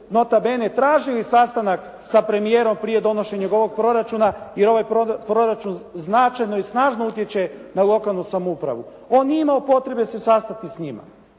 nota bene tražili sastanak sa premijerom prije donošenja ovog proračuna. Jer ovaj proračun značajno i snažno utječe na lokalnu samoupravu. On nije imao potrebe se sastati sa njima.